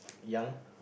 young